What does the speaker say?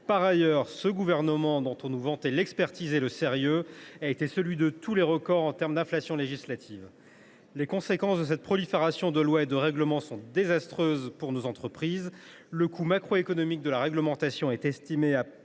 Par ailleurs, ce gouvernement, dont on nous vantait l’expertise et le sérieux, a été celui de tous les records en matière d’inflation législative. Les conséquences de cette prolifération de lois et de règlements sont désastreuses pour nos entreprises. Le coût macroéconomique de la réglementation est estimé à des